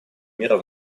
мира